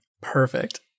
Perfect